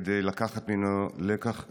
כדי לקחת ממנו לקח לכולנו.